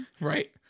Right